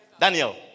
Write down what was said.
Daniel